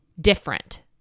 different